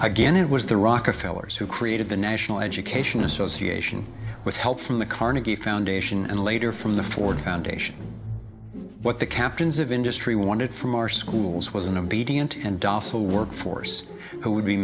again it was the rockefeller's who created the national education association with help from the carnegie foundation and later from the ford foundation what the captains of industry wanted from our schools was an obedient and docile workforce who would be